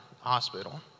hospital